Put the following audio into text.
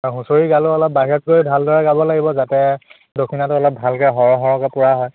আৰু হুঁচৰি গালেও অলপ বাঘেশ্বৰীত ভালদৰে গাব লাগিব যাতে দক্ষিণটো অলপ ভালকৈ সৰহ সৰহকৈ পূৰা হয়